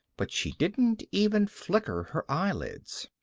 but she didn't even flicker her eyelids.